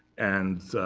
and